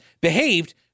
behaved